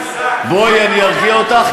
בשעה הזו יש גבול לשחזורים אחורה שאני מסוגל לעשות.